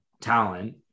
talent